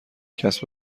کسب